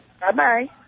Bye-bye